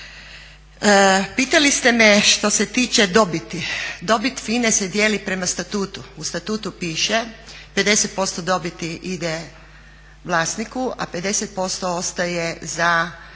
Pitali ste me što se tiče dobiti. Dobit FINA-e se dijeli prema statutu. U statutu piše 50% dobiti ide vlasniku, a 50% ostaje za